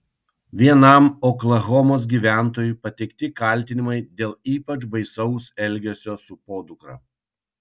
vienam oklahomos gyventojui pateikti kaltinimai dėl ypač baisaus elgesio su podukra